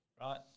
right